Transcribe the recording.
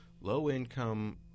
low-income